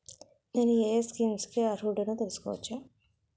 నేను యే యే స్కీమ్స్ కి అర్హుడినో తెలుసుకోవచ్చా?